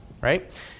right